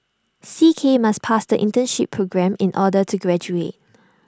C K must pass the internship programme in order to graduate